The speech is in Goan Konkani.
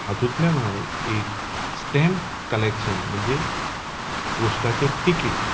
हांतूतल्यान हांव एक स्टॅम्प कलेक्शन म्हणजे पोस्टाचे तिकिट